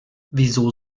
wieso